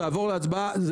תעבור להצבעה.